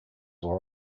were